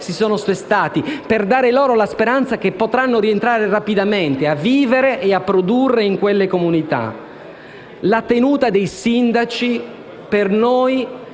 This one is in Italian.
si sono spostati, per dare loro la speranza che potranno rientrare rapidamente a vivere e a produrre nelle loro comunità. La tenuta dei sindaci, per noi,